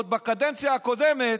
עוד בקדנציה הקודמת,